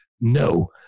No